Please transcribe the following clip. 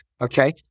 okay